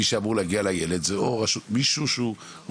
מי שאמור להגיע לילד זה או מישהו מהרשות,